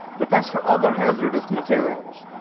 but that's for other hazardous materials,